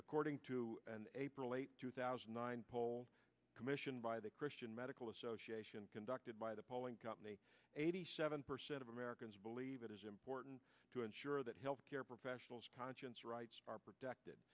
according to an april eighth two thousand and nine poll commissioned by the christian medical association conducted by the polling company eighty seven percent of americans believe it is important to ensure that health care professionals conscience rights are protected